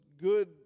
good